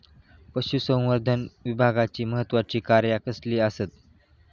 पशुसंवर्धन विभागाची महत्त्वाची कार्या कसली आसत?